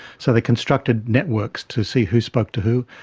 so they constructed networks to see who spoke to who,